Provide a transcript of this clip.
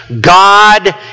God